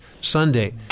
Sunday